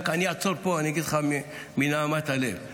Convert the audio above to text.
אני אעצור פה ואני אגיד לך מנהמת הלב.